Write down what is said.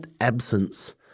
absence